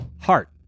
Heart